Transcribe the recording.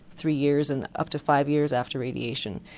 three years and up to five years after radiation.